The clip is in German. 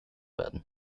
werden